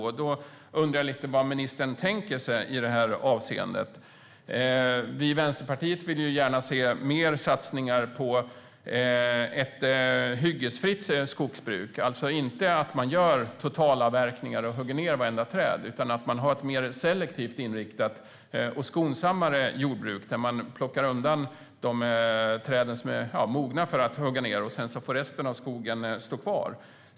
Men jag undrar vad ministern tänker sig i det här avseendet. Vi i Vänsterpartiet vill gärna se mer satsningar på ett hyggesfritt skogsbruk, alltså inte att man gör totalavverkningar och hugger ned vartenda träd. Man bör i stället ha ett mer selektivt inriktat och skonsammare skogsbruk där man tar bort de träd som är mogna att huggas ned. Sedan får resten av skogen stå kvar.